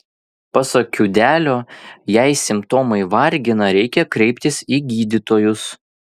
pasak kiudelio jei simptomai vargina reikia kreiptis į gydytojus